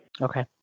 Okay